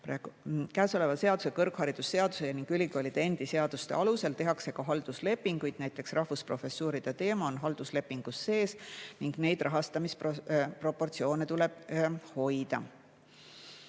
Käesoleva seaduse, kõrgharidusseaduse ning ülikoolide endi seaduste alusel tehakse ka halduslepinguid. Näiteks rahvusprofessuuride teema on halduslepingus sees ning neid rahastamisproportsioone tuleb hoida.